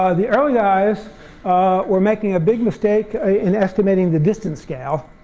ah the early guys were making a big mistake in estimating the distance scale,